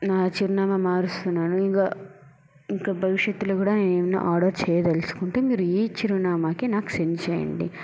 నా చిరునామా మారుస్తున్నాను ఇంకా ఇంకా భవిష్యత్తులో కూడా ఏమన్నా ఆర్డర్ చెయ్యదలుచుకుంటే మీరు ఈ చిరునామాకే నాకు సెండ్ చేయండి